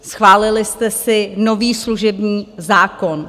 Schválili jste si nový služební zákon.